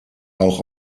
auch